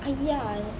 !aiya!